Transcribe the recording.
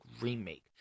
remake